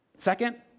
Second